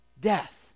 death